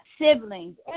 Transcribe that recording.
siblings